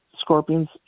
Scorpions